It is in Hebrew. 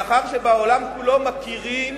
מאחר שבעולם כולו מכירים